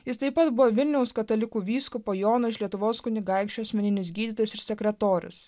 jis taip pat buvo vilniaus katalikų vyskupo jono iš lietuvos kunigaikščio asmeninis gydytojas ir sekretorius